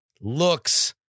looks